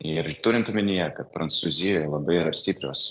ir turint omenyje kad prancūzijoj labai yra stiprios